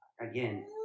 again